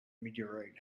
meteorite